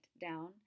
down